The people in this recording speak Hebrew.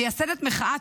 מייסדת מחאת